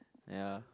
ya